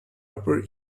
upper